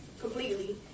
completely